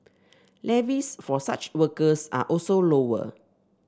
levies for such workers are also lower